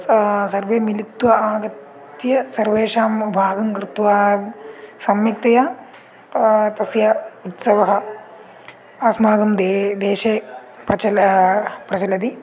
सा सर्वे मिलित्वा आगत्य सर्वेषां भागं कृत्वा सम्यक्तया तस्य उत्सवः अस्माकं दे देशे प्रचला प्रचलति